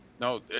No